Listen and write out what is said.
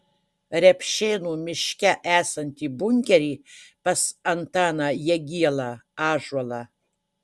repšėnų miške esantį bunkerį pas antaną jagielą ąžuolą